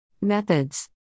Methods